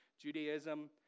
Judaism